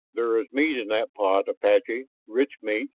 there is meat in that pot, apache, rich meat,